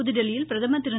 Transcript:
புததில்லியில் பிரதமர் திரு